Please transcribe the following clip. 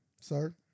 sir